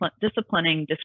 disciplining